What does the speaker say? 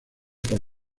por